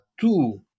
two